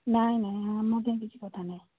ନାଇଁ ନାଇଁ ଆମଠେଇ କିଛି କଥା ନାହିଁ